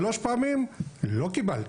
שלוש פעמים לא קיבלתי.